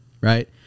Right